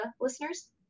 listeners